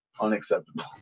unacceptable